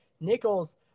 Nichols